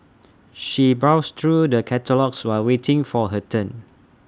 she browsed through the catalogues while waiting for her turn